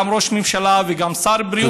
גם ראש ממשלה וגם שר בריאות,